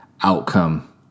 outcome